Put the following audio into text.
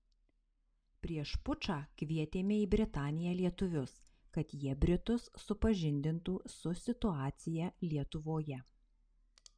prieš pučą kvietėme į britaniją lietuvius kad jie britus supažindintų su situacija lietuvoje